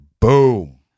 Boom